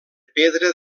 pedra